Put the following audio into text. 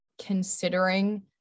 considering